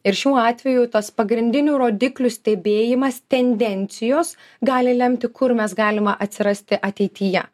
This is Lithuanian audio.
ir šiuo atveju tas pagrindinių rodiklių stebėjimas tendencijos gali lemti kur mes galima atsirasti ateityje